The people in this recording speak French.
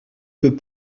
peux